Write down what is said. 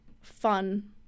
Fun